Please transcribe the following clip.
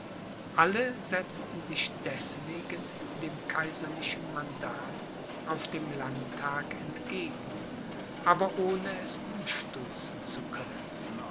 alle setzten sich deßwegen dem kaiserlichen mandat auf dem landtag entgegen aber ohne es umstoßen zu können